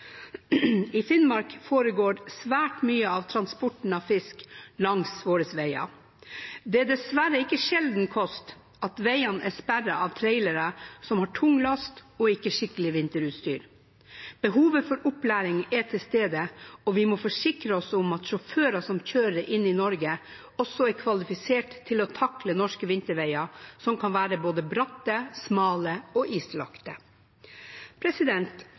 I Finnmark foregår svært mye av transporten av fisk langs våre veier. Det er dessverre ikke sjelden kost at veiene er sperret av trailere som har tung last og ikke skikkelig vinterutstyr. Behovet for opplæring er til stede, og vi må forsikre oss om at sjåfører som kjører inn i Norge, er kvalifisert til å takle norske vinterveier, som kan være både bratte, smale og